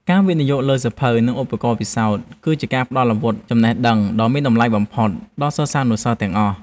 ការវិនិយោគលើសៀវភៅនិងឧបករណ៍ពិសោធន៍ គឺជាការផ្តល់អាវុធចំណេះដឹងដ៏មានតម្លៃបំផុតដល់សិស្សានុសិស្សទាំងអស់។